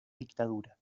dictadura